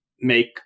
make